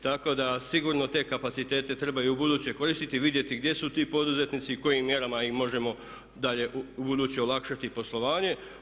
Tako da sigurno te kapacitete treba i ubuduće koristiti i vidjeti gdje su ti poduzetnici i kojim mjerama im možemo dalje, ubuduće olakšati poslovanje.